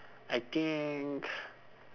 I think